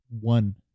one